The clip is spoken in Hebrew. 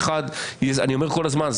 אני אומר כל הזמן,